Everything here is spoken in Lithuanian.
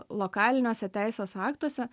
lokaliniuose teisės aktuose